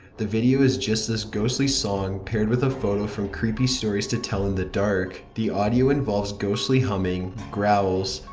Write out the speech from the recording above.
the video is just this ghostly song, paired with a photo from creepy stories to tell in the dark. the audio involves ghostly humming, growls,